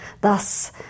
thus